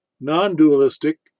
non-dualistic